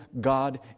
God